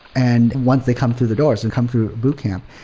and once they come through the doors and come through boot camp.